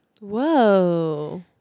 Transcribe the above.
Whoa